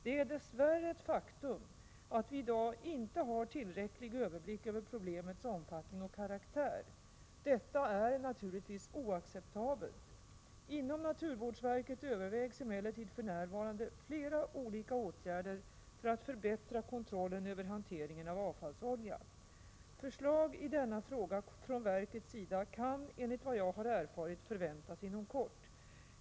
Det är dess värre ett faktum att vi i dag inte har tillräcklig överblick över problemets omfattning och karaktär. Detta är naturligtvis oacceptabelt. Inom naturvårdsverket övervägs emellertid för närvarande flera olika åtgärder för att förbättra kontrollen över hanteringen av avfallsolja. Förslag i denna fråga från verkets sida kan enligt vad jag erfarit förväntas inom kort.